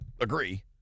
agree